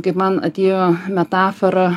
kaip man atėjo metafora